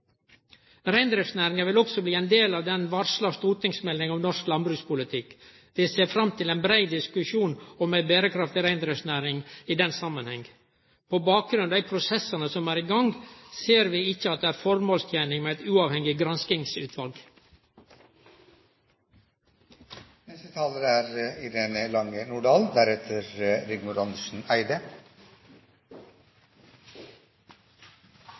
Reindriftsnæringa vil også bli ein del av den varsla stortingsmeldinga om norsk landbrukspolitikk. Vi ser fram til ein brei diskusjon om ei berekraftig reindriftsnæring i den samanhengen. På bakgrunn av dei prosessane som er i gang, ser vi ikkje at det er føremålstenleg med eit uavhengig granskingsutval. Det er